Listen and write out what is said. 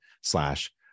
slash